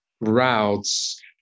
routes